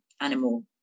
animal